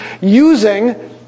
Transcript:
using